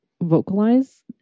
vocalize